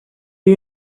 you